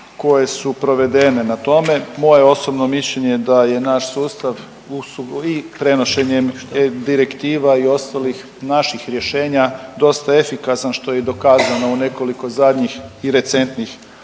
koje su provedene na tome, moje osobno mišljenje je da je naš sustav i prenošenjem direktiva i ostalih naših rješenja dosta efikasan, što je i dokazano u nekoliko zadnjih i recentnih